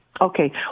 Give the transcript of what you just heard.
Okay